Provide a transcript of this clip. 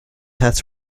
hats